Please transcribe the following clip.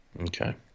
Okay